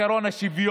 עשו,